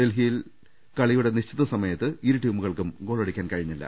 ഡൽഹിയിൽ കളിയുടെ നിശ്ചിത സമയത്ത് ഇരു ടീമുകൾക്കും ഗോളടിക്കാൻ കഴിഞ്ഞില്ല